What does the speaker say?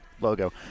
logo